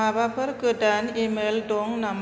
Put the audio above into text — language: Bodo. माबाफोर गोदान इमेल दं नामा